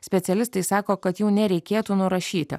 specialistai sako kad jų nereikėtų nurašyti